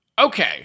Okay